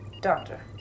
Doctor